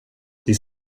ditt